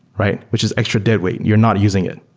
right? which is extra deadweight. you're not using it.